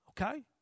Okay